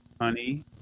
honey